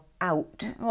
out